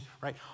right